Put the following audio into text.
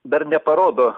dar neparodo